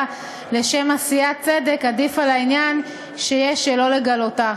לשם עשיית צדק עדיף על העניין שיש לא לגלותה.